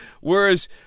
whereas